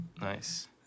Nice